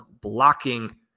blocking